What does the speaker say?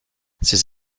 ces